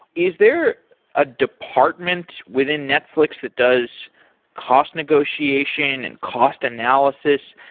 is there a department within netflix that does cost negotiation and cost analysis?